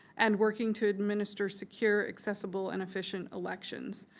and working to administrate secure, accessible, and efficient elections.